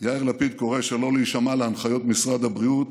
יאיר לפיד קורא שלא להישמע להנחיות משרד הבריאות.